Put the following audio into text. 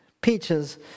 peaches